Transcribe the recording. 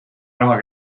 raha